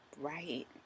right